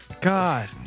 God